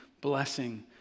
blessing